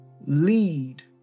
lead